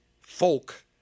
folk